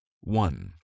One